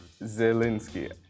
Zelensky